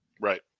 Right